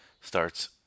starts